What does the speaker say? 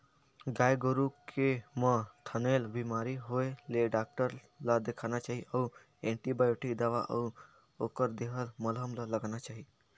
गाय गोरु के म थनैल बेमारी होय ले डॉक्टर ल देखाना चाही अउ एंटीबायोटिक दवा अउ ओखर देहल मलहम ल लगाना चाही